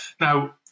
Now